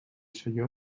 selló